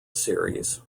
series